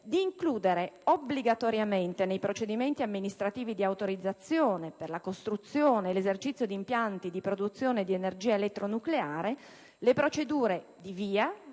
ad includere obbligatoriamente nei procedimenti amministrativi di autorizzazione per la costruzione e l'esercizio di impianti di produzione di energia elettronucleare, le procedure di VIA